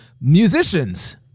musicians